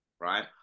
right